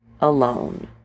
alone